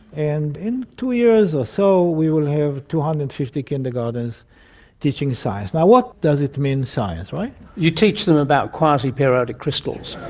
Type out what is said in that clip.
and in two years or so we will have two hundred and fifty kindergartens teaching science. now, what does it mean, science, right? you teach them about quasiperiodic crystals?